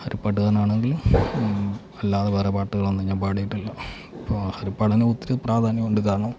ഹരിപ്പാട്ടു കാരനാണെങ്കിലും അല്ലാതെ വേറെ പാട്ടുകളൊന്നും ഞാൻ പാടിയിട്ടില്ല അപ്പോൾ ഹരിപ്പാടിന് ഒത്തിരി പ്രാധാന്യമുണ്ട് കാരണം